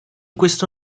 questo